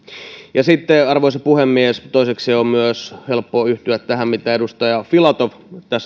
ja sitten arvoisa puhemies toisekseen on helppo yhtyä myös tähän mitä edustaja filatov